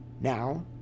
Now